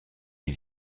les